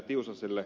tiusaselle